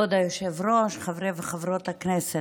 חברי וחברות הכנסת,